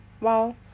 wow